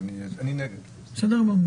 מי נגד?